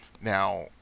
Now